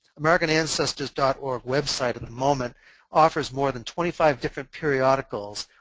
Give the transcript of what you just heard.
american ancestors dot org website at the moment offers more than twenty five different periodicals,